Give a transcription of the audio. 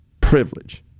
privilege